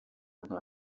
nka